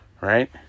Right